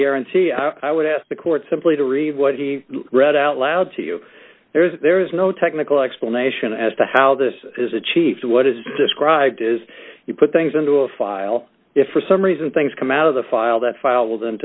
guarantee i would ask the court simply to read what he read out loud to you there is there is no technical explanation as to how this is achieved what is described is you put things into a file if for some reason things come out of the file that file